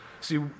See